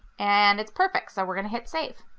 and it's perfect so we're gonna hit save